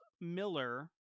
Miller